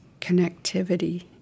connectivity